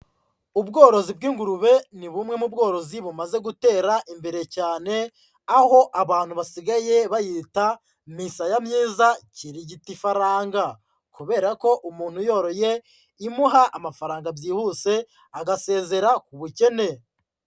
Ubworozi bw'ingurube ni bumwe mu bworozi bumaze gutera imbere cyane, aho abantu basigaye bayita misaya myiza, kirigita ifaranga, kubera ko umuntu uyoroye imuha amafaranga byihuse agasezera ku bukene.